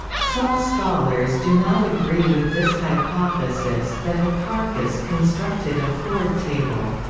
some scholars do not agree with this hypothesis that hipparchus constructed a chord table.